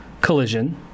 Collision